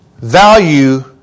value